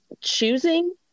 choosing